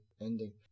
ending